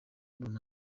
runaka